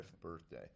birthday